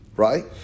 right